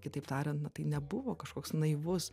kitaip tariant na tai nebuvo kažkoks naivus